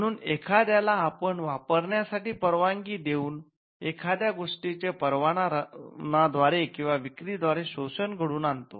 म्हणून एखाद्याला आपण वापरण्यासाठी परवानगी देऊन एखाद्या गोष्टीचे परवाना द्वारे किंवा विक्री द्वारे शोषण घडवून आणतो